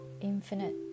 infinite